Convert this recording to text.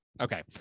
Okay